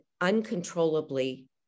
uncontrollably